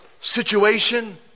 situation